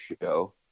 show